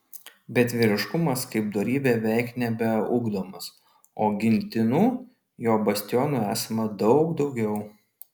bet vyriškumas kaip dorybė veik nebeugdomas o gintinų jo bastionų esama daug daugiau